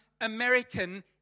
American